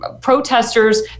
protesters